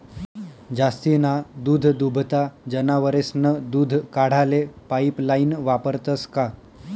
जास्तीना दूधदुभता जनावरेस्नं दूध काढाले पाइपलाइन वापरतंस का?